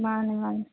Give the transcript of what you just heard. ꯃꯥꯟꯅꯦ ꯃꯥꯟꯅꯦ